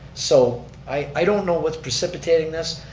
so i don't know what's precipitating this.